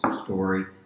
story